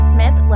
Smith